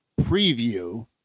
preview